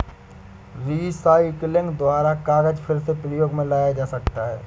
recycling द्वारा कागज फिर से प्रयोग मे लाया जा सकता है